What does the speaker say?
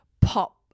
pop